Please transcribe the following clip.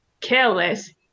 careless